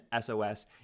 SOS